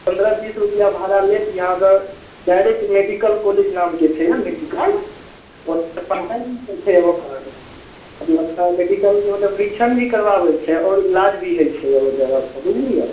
पन्द्रह बीस रुपैआ भाड़ा लेत यहाँके डाइरेक्ट मेडिकल कॉलेज नामके छै मेडिकल ओतऽ पढ़ाइ भी हइ छै एगो मतलब मेडिकलके मतलब परीक्षण भी करबाबय छै आओर इलाज भी होइ छै ओइ जगह पर बुझलियै